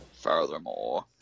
Furthermore